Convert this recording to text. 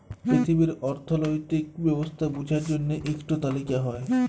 পিথিবীর অথ্থলৈতিক ব্যবস্থা বুঝার জ্যনহে ইকট তালিকা হ্যয়